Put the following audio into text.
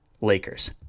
Lakers